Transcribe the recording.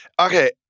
Okay